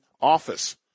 office